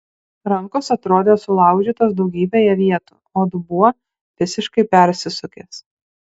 rankos atrodė sulaužytos daugybėje vietų o dubuo visiškai persisukęs